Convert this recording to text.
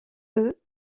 eut